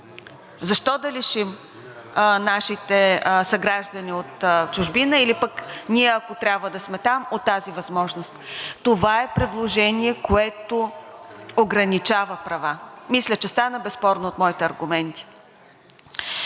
Защо да лишим нашите съграждани от чужбина или пък ние, ако трябва да сме там, от тази възможност. Това е предложение, което ограничава права, мисля, че стана безспорно от моите аргументи.